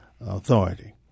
Authority